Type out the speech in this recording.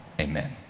Amen